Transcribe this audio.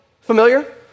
familiar